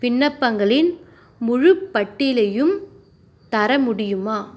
விண்ணப்பங்களின் முழுப் பட்டியலையும் தர முடியுமா